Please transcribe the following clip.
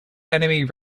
enemy